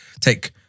take